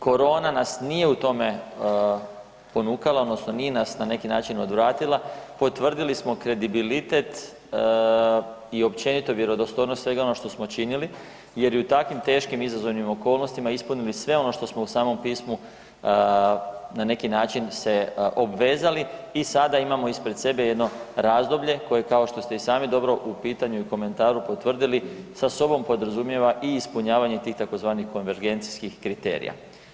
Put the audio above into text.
Korona nas nije u tome ponukala odnosno nije nas na neki način odvratila, potvrdili smo kredibilitet i općenito vjerodostojnost i svega ono što smo činili jer i u takvim teškim izazovnim okolnostima ispunili sve ono što smo u samom pismu na neki način se obvezali i sada imamo ispred sebe jedno razdoblje koje kao što ste i sami dobro u pitanju i u komentaru potvrdili, sa sobom podrazumijeva i ispunjavanje tih tzv. konvergencijskih kriterija.